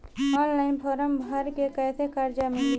Online form भर के कैसे कर्जा मिली?